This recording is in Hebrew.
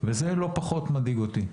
וזה לא פחות מדאיג אותי.